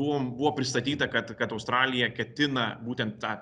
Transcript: buvom buvo pristatyta kad kad australija ketina būtent tą